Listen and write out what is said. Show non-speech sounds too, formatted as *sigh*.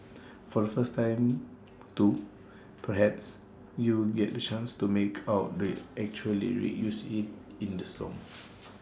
for the first time too perhaps you'll get the chance to make out the actual lyrics used in in the song *noise*